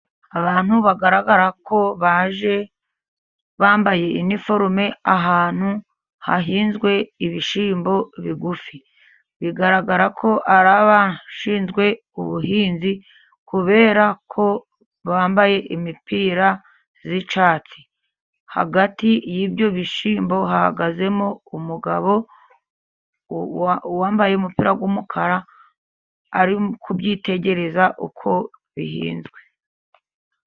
Abantu bagaragara ko baje bambaye iniforume ahantu hahinzwe ibishyimbo bigufi, bigaragara ko ari abashinzwe ubuhinzi, kubera ko bambaye imipira y'icyatsi. Hagati y'ibyo bishyimbo hahagazemo umugabo wambaye umupira w'umukara, ari kubyitegereza uko bihinzwe.